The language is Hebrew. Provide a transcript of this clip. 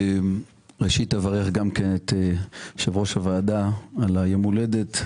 ראשית אברך את יושב-ראש הוועדה על היום הולדת.